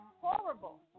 horrible